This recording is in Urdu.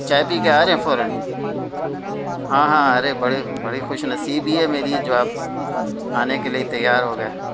چائے پی کے آ رہے ہیں فوراً ہاں ہاں ارے بڑے بڑی خوش نصیبی ہے میری جو آپ آنے کے لیے تیار ہو گئے